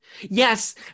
Yes